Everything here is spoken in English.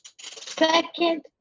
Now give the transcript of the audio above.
second